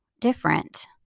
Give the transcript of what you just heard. different